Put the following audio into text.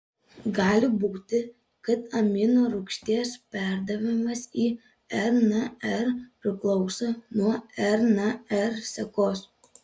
gali būti kad aminorūgšties perdavimas į rnr priklauso nuo rnr sekos